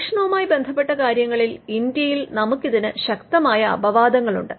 ഗവേഷണവുമായി ബന്ധപ്പെട്ട കാര്യങ്ങളിൽ ഇന്ത്യയിൽ നമുക്കിതിന് ശക്തമായ അപവാദങ്ങളുണ്ട്